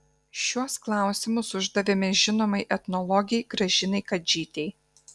šiuos klausimus uždavėme žinomai etnologei gražinai kadžytei